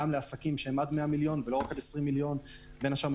גם לעסקים עד 100 מיליון ולא רק עד 20 מיליון בין השאר,